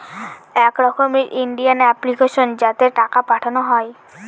এক রকমের Indian application যাতে টাকা পাঠানো হয়